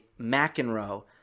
McEnroe